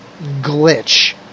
glitch